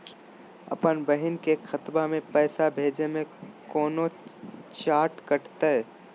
अपन बहिन के खतवा में पैसा भेजे में कौनो चार्जो कटतई?